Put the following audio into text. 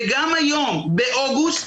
גם היום באוגוסט,